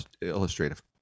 illustrative